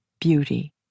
beauty